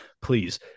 please